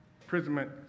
imprisonment